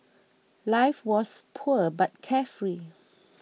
life was poor but carefree